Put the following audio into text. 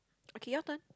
okay your turn